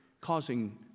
causing